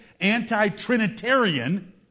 anti-Trinitarian